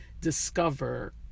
discover